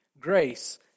Grace